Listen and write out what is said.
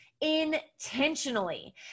intentionally